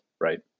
right